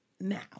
now